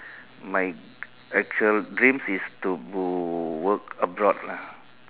my actual dreams is to work abroad lah